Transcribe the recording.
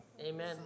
Amen